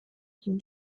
him